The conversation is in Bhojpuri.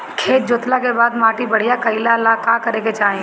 खेत जोतला के बाद माटी बढ़िया कइला ला का करे के चाही?